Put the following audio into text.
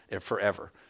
forever